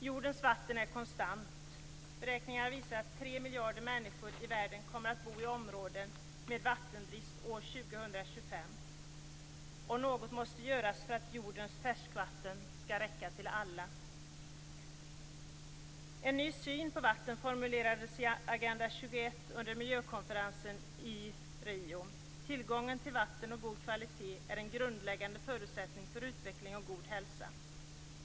Jordens vatten är konstant. Beräkningar visar att 3 miljarder människor i världen kommer att bo i områden med vattenbrist år 2025. Något måste göras för att jordens färskvatten skall räcka till alla. En ny syn på vatten formulerades i Agenda 21 under miljökonferensen i Rio. Tillgången till vatten av god kvalitet är en grundläggande förutsättning för utveckling och god hälsa.